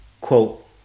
quote